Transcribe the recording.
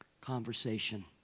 Conversation